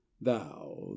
Thou